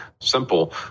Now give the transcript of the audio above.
simple